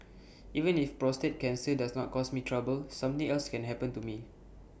even if prostate cancer does not cause me trouble something else can happen to me